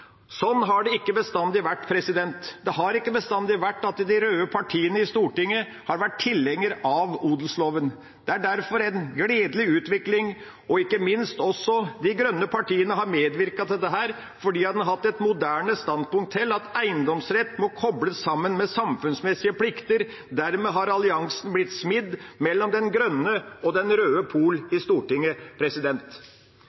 har det ikke bestandig vært. Det har ikke bestandig vært slik at de røde partiene i Stortinget har vært tilhengere av odelsloven. Det er derfor en gledelig utvikling. Ikke minst har de grønne partiene medvirket til dette fordi de har hatt et moderne standpunkt om at eiendomsrett må kobles sammen med samfunnsmessige plikter. Dermed har alliansen blitt smidd mellom den grønne og den røde pol